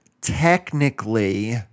technically